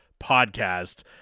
Podcast